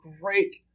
great